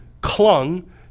clung